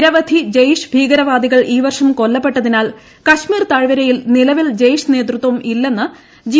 നിരവധി ജെയ്ഷ് ഭീകരവാള്ദികൾ ഈ വർഷം കൊല്ലപ്പെട്ടതിനാൽ കശ്മീർ താഴ്വരയിൽ നിലവിൽ ജെയ്ഷ് നേതൃത്വം ഇല്ലെന്ന് ജി